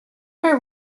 for